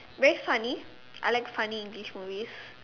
very funny I like funny English movies